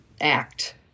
Act